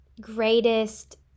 greatest